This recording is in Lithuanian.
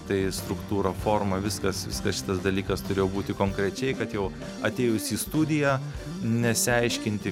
tai struktūrą formą viskas viskas šitas dalykas turėjo būti konkrečiai kad jau atėjus į studiją nesiaiškinti